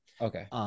Okay